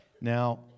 Now